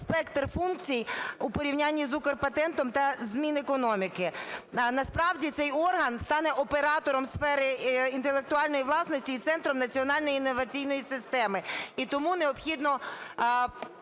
спектр функцій у порівнянні з "Укрпатентом" та з Мінекономіки. Насправді цей орган стане оператором сфери інтелектуальної власності і центром національної інноваційної системи, і тому необхідно